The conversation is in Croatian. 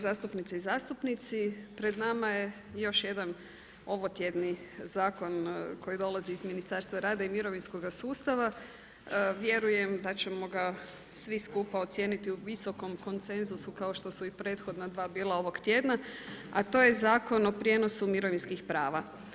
zastupnice i zastupnici, pred nama je još jedan ovotjedni zakon koji dolazi iz Ministarstva rada i mirovinskog sustava, vjerujem da ćemo ga svu skupa ocijeniti u visokom konsenzusu kao što su i prethodna dva bila ovoga tjedna, a to je Zakon o prijenosu mirovinskih prava.